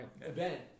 event